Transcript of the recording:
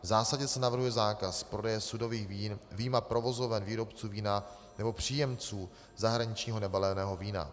V zásadě se navrhuje zákaz prodeje sudových vín vyjma provozoven výrobců vína nebo příjemců zahraničního nebaleného vína.